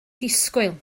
disgwyl